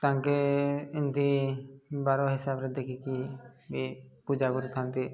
ତାଙ୍କେ ଏମିତି ବାର ହିସାବରେ ଦେଖିକି ବି ପୂଜା କରିଥାନ୍ତି